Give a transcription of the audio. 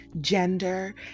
gender